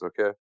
okay